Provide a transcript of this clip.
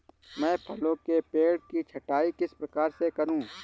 मैं फलों के पेड़ की छटाई किस प्रकार से करूं?